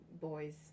boys